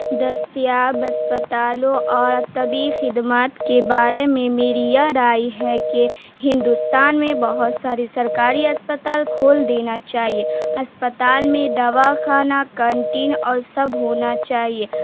دستیاب اسپتالوں اور طبی خدمات کے بارے میں میری یہ رائے ہے کہ ہندوستان میں بہت ساری سرکاری اسپتال کھول دینا چاہیے اسپتال میں دوا خانہ کنٹین اور سب ہونا چاہیے